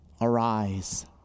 Arise